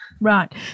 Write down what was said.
Right